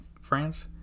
France